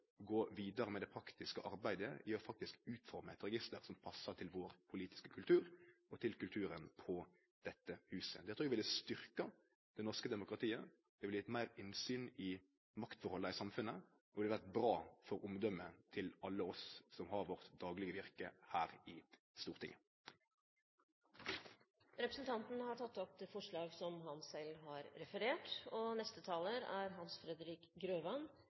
gå vidare med det praktiske arbeidet med faktisk å utforme eit register som passar til den politiske kulturen vår og til kulturen på dette huset. Det trur eg ville styrkt det norske demokratiet, det ville gjeve meir innsyn i maktforholda i samfunnet, og det ville ha vore bra for omdømmet til alle oss som har det daglege virket vårt her i Stortinget. Representanten Rotevatn har tatt opp de forslag han